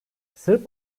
sırp